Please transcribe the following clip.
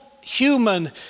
Human